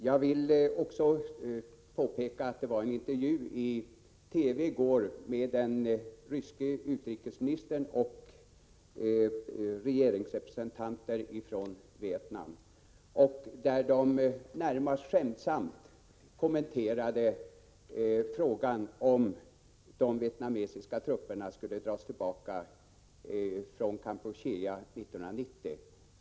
Jag vill också påpeka att det i går i TV var en intervju med den ryske utrikesministern och regeringsrepresentanter från Vietnam där de närmast skämtsamt kommenterade frågan om de vietnamesiska trupperna skulle dras tillbaka från Kampuchea 1990.